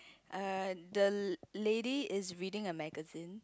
err the lady is reading a magazine